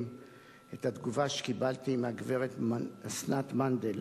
את התגובה שקיבלתי מהגברת אסנת מנדל,